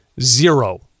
zero